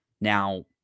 Now